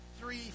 three